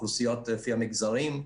אוכלוסיות לפי המגזרים.